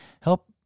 help